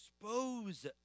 expose